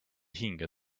hinge